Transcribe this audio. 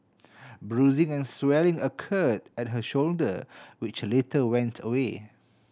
bruising and swelling occurred at her shoulder which later went away